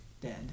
dead